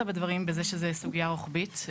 בזה שאמרת שזאת סוגיה רוחבית,